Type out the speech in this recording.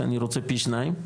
שאני רוצה פי שניים.